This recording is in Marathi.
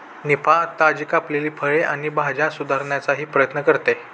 निफा, ताजी कापलेली फळे आणि भाज्या सुधारण्याचाही प्रयत्न करते